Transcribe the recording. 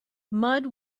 mud